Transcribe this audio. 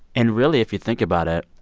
and really, if you think about it,